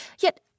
Yet